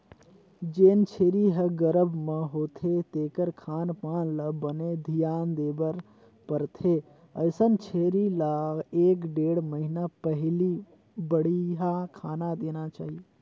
जेन छेरी ह गरभ म होथे तेखर खान पान ल बने धियान देबर परथे, अइसन छेरी ल एक ढ़ेड़ महिना पहिली बड़िहा खाना देना चाही